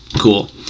cool